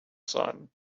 sun